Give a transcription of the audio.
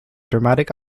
dramatic